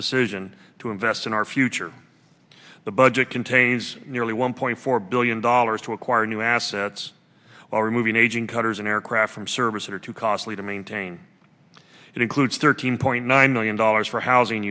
decision to invest in our future the budget contains nearly one point four billion dollars to acquire new assets or removing aging cutters in aircraft from service that are too costly to maintain it includes thirteen point nine million dollars for housing